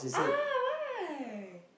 ah why